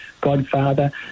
Godfather